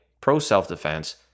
pro-self-defense